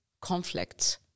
conflicts